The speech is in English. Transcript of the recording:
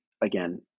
again